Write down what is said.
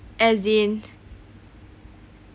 as in